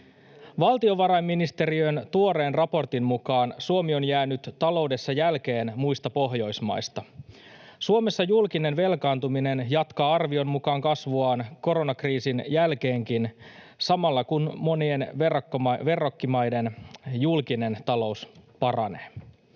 Valtiovarainministeriön tuoreen raportin mukaan Suomi on jäänyt taloudessa jälkeen muista Pohjoismaista. Suomessa julkinen velkaantuminen jatkaa arvion mukaan kasvuaan koronakriisin jälkeenkin, samalla kun monien verrokkimaiden julkinen talous paranee.